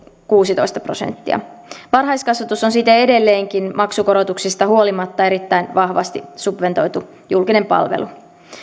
kuusitoista prosenttia varhaiskasvatus on siten edelleenkin maksukorotuksista huolimatta erittäin vahvasti subventoitu julkinen palvelu